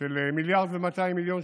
של 1.2 מיליארד שקלים,